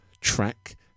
track